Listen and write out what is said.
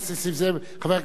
אני מזמין את השר.